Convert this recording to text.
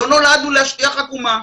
לא נולדנו להשטיח עקומה.